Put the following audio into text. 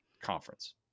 conference